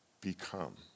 become